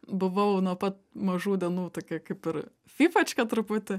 buvau nuo pat mažų dienų tokia kaip ir fifačka truputį